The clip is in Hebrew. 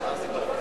תזמין אותו.